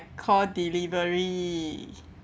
call delivery